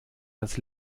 das